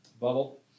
Bubble